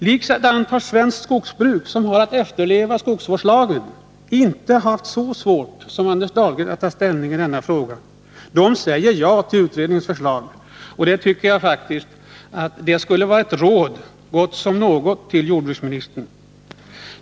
Likaså har man inom svenskt skogsbruk, där man har att efterleva skogsvårdslagen, inte haft det så svårt som Anders Dahlgren att ta ställning i denna fråga utan säger ja till utredningens förslag. Det är ett råd så gott som något till jordbruksministern.